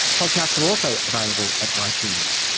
podcasts are also available at ah itunes.